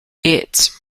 its